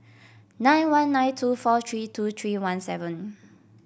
nine one nine two four three two three one seven